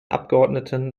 abgeordneten